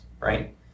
right